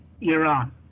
Iran